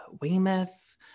Weymouth